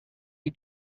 you